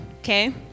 okay